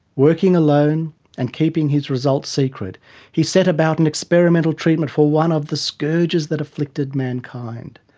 working alone and keeping his results secret he set about an experimental treatment for one of the scourges that afflicted mankind.